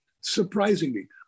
Surprisingly